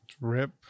Rip